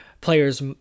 players